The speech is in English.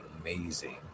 amazing